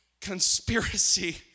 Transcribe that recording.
conspiracy